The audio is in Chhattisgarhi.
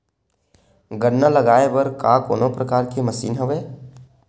गन्ना लगाये बर का कोनो प्रकार के मशीन हवय?